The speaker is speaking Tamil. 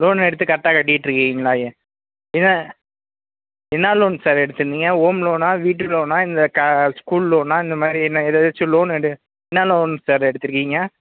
லோன் எடுத்து கரெக்டாக கட்டிகிட்ருக்கீங்களா என்ன என்ன லோன் சார் எடுத்திருந்தீங்க ஹோம் லோனா வீட்டு லோனா இல்லை க ஸ்கூல் லோனா இந்த மாதிரி என்ன எதை வைச்சு லோன் எடு என்ன லோன் சார் எடுத்திருக்கீங்க